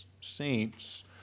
saints